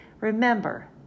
remember